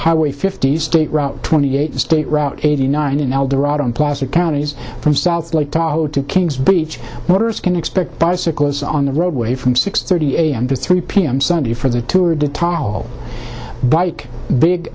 highway fifty state route twenty eight state route eighty nine in eldorado and placer counties from south lake tahoe to kings beach waters can expect bicycles on the roadway from six thirty a m to three p m sunday for the tour de tal bike big